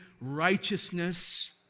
righteousness